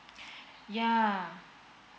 yeah